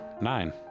Nine